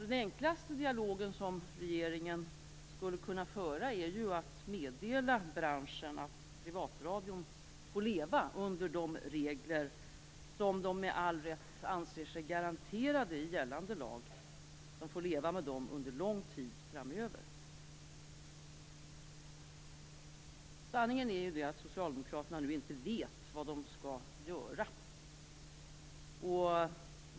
Den enklaste dialogen som regeringen skulle kunna föra är ju att meddela branschen att privatradion under lång tid framöver får leva under de regler som de all rätt anser sig garanterade i gällande lag. Sanningen är ju den att Socialdemokraterna inte vet vad de skall göra nu.